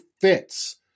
fits